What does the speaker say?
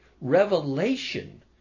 revelation